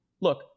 look